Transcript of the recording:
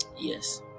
yes